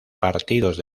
partidos